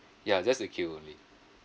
ya just the queue only